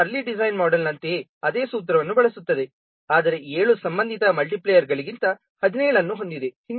ಇದು early design ಮೋಡೆಲ್ನಂತೆಯೇ ಅದೇ ಸೂತ್ರವನ್ನು ಬಳಸುತ್ತದೆ ಆದರೆ 7 ಸಂಬಂಧಿತ ಮಲ್ಟಿಪ್ಲಿಯರ್ಗಳಿಗಿಂತ 17 ಅನ್ನು ಹೊಂದಿದೆ